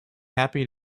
happy